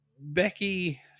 Becky